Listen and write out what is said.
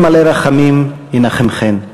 אל מלא רחמים ינחמכן.